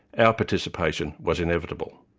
our participation was inevitable.